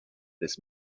this